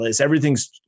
everything's